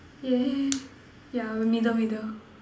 !yay! yeah middle middle